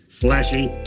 flashy